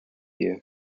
you